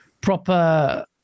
proper